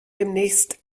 demnächst